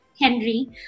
Henry